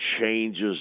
changes